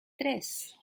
tres